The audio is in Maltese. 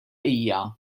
hija